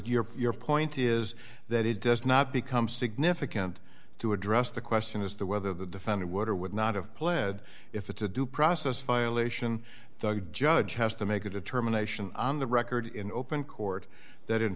your your point is that it does not become significant to address the question as to whether the defendant would or would not have pled if it's a due process violation the judge has to make a determination on the record in open court that in